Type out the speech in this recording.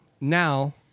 now